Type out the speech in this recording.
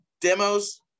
demos